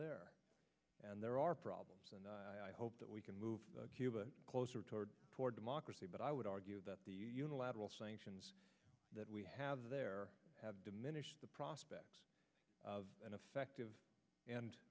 there and there are problems and i hope that we can move cuba closer toward toward democracy but i would argue that the unilateral sanctions that we have there have diminished the prospects of an effective and